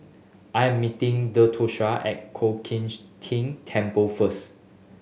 I am meeting Theodosia at Ko King Ting Temple first